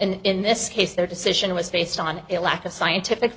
in this case their decision was based on it lack of scientific